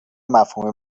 مفهومی